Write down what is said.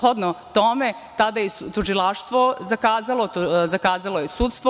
Shodno tome, tada je tužilaštvo zakazalo, zakazalo je sudstvo.